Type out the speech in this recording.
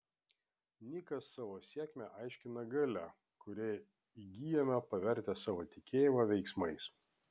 nikas savo sėkmę aiškina galia kurią įgyjame pavertę savo tikėjimą veiksmais